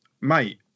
mate